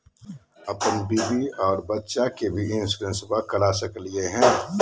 अपन बीबी आ बच्चा के भी इंसोरेंसबा करा सकली हय?